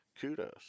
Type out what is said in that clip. kudos